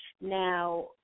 Now